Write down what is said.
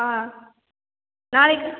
ஆ நாளைக்கு